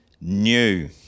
new